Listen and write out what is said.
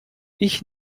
ich